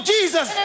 Jesus